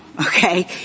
okay